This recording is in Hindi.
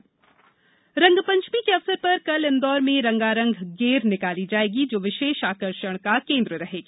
रंगपंचमी रंगपंचमी के अवसर पर कल इंदौर में रंगारंग गेर निकाली जायेगी जो विशेष आकर्षण का केन्द्र रहेगी